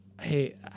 hey